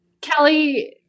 Kelly